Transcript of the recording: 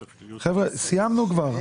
חבר'ה, סיימנו כבר.